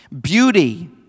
beauty